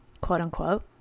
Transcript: quote-unquote